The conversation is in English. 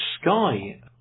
sky